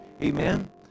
Amen